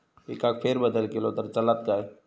पिकात फेरबदल केलो तर चालत काय?